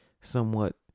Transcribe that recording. somewhat